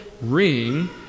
ring